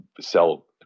sell